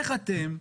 איך אתם,